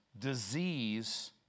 disease